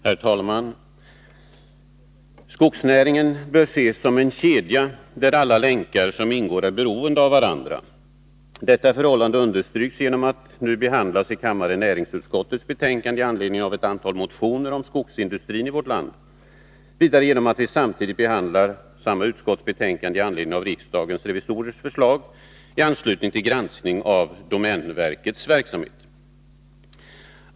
Herr talman! Skogsnäringen bör ses som en kedja där alla länkar som ingår är beroende av varandra. Detta förhållande understryks genom att vi nu i kammaren behandlar näringsutskottets betänkande med anledning av ett antal motioner om skogsindustrin i vårt land och vidare genom att vi samtidigt behandlar samma utskotts betänkande med anledning av riksdagens revisorers förslag i anslutning till en granskning av domänverkets verksamhet.